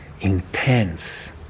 intense